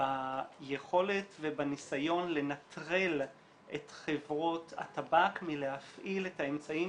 ביכולת ובניסיון לנטרל את חברות הטבק מלהפעיל את האמצעים